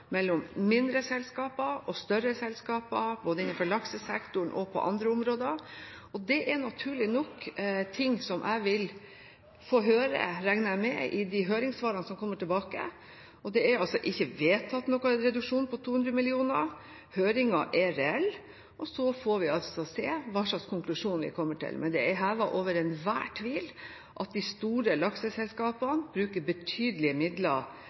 mellom mindre selskaper og større selskaper, både innenfor laksesektoren og på andre områder, og det er naturlig nok ting som jeg vil få høre – regner jeg med – i de høringssvarene som kommer tilbake. Og det er altså ikke vedtatt noen reduksjon på 200 mill. kr. Høringen er reell, og så får vi se hva slags konklusjon vi kommer til. Men det er hevet over enhver tvil at de store lakseselskapene bruker betydelige midler